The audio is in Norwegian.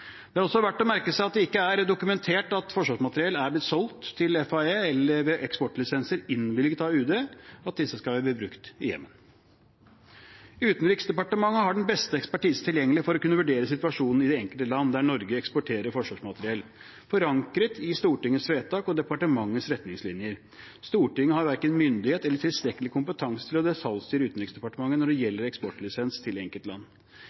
Det er også verdt å merke seg at det ikke er dokumentert at forsvarsmateriell er blitt solgt til De forente arabiske emirater, eller at eksportlisenser er innvilget av UD, og at disse skal ha blitt brukt i Jemen. Utenriksdepartementet har den beste ekspertisen tilgjengelig for å kunne vurdere situasjonen i det enkelte land som Norge eksporterer forsvarsmateriell til. Dette er forankret i Stortingets vedtak og departementets retningslinjer. Stortinget har verken myndighet eller tilstrekkelig kompetanse til å detaljstyre utenriksdepartementet når det gjelder eksportlisens til enkeltland.